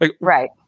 Right